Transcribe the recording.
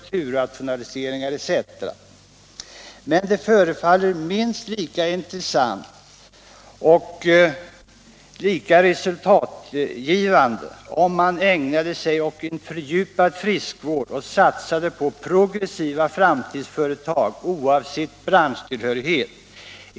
Det är nödvändigt att här sätta in olika hjälpinsatser för att bibehålla sysselsättningen, men det förefaller vara minst lika intressant och resultatgivande att man också ägnade sig åt en fördjupad ”friskvård” och satsade på progressiva framtidsföretag, oavsett branschtillhörigheten.